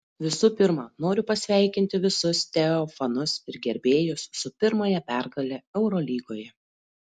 visų pirma noriu pasveikinti visus teo fanus ir gerbėjus su pirmąja pergale eurolygoje